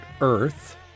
Earth